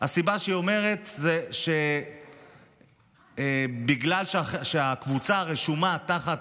הסיבה שהיא אומרת זה בגלל שהקבוצה רשומה תחת